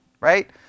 right